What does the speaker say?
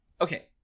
okay